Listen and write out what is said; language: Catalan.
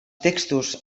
textos